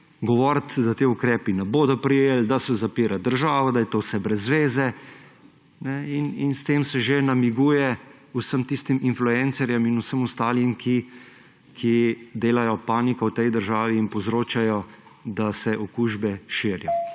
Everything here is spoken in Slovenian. govoriti, da ti ukrepi ne bodo prijeli, da se zapira državo, da je to vse brez zveze. S tem se že namiguje vsem tistim influencerjem in vsem ostalim, ki delajo paniko v tej državi in povzročajo, da se okužbe širijo.